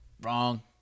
Wrong